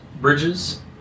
bridges